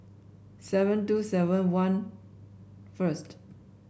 seven two seven one first